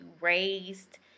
raised